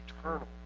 eternal